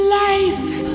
life